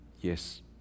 yes